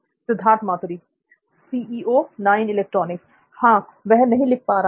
सिद्धार्थ मातुरी और नहीं लिख पा रहा है